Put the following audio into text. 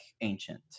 ancient